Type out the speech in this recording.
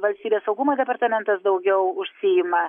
valstybės saugumo departamentas daugiau užsiima